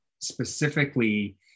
specifically